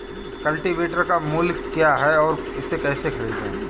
Cultivator का मूल्य क्या है और इसे कैसे खरीदें?